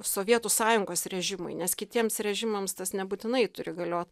sovietų sąjungos režimui nes kitiems režimams tas nebūtinai turi galiot